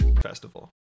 festival